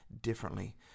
differently